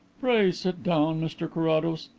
pray sit down, mr carrados.